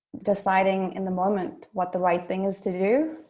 deciding, in the moment, what the right thing is to do.